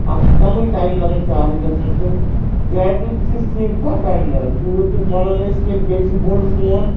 اَتھ چھِ کَمٕے ٹایم لَگان چارٕج گژھنَس تہٕ بیٹرِی تہِ چھُس ٹھیٖک ٹھاک ٹایم نیران تیوٗت تہِ وَنو نہٕ أسۍ کینٛہہ تِکیازِ یہِ چھُ بوٚڈ فون